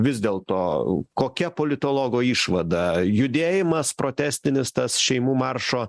vis dėlto kokia politologo išvada judėjimas protestinis tas šeimų maršo